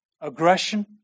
aggression